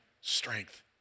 strength